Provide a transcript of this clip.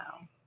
wow